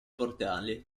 portale